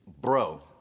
bro